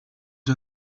you